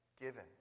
given